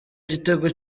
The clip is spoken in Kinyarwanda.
gitego